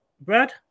Brad